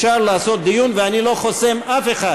אפשר לעשות דיון, ואני לא חוסם אף אחד.